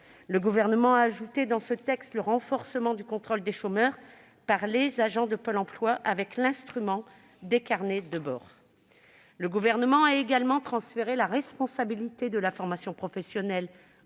Le Gouvernement a ajouté le renforcement du contrôle des chômeurs par les agents de Pôle emploi avec l'instrument des carnets de bord. Il a également transféré la responsabilité de la formation professionnelle